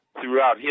throughout